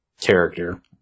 Character